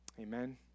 Amen